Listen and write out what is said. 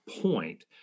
point